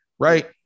right